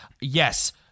Yes